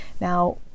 Now